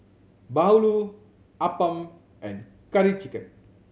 bahulu appam and Curry Chicken